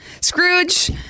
Scrooge